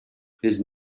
his